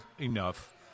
enough